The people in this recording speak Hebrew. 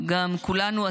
אני עם נעליים עם עקב היום.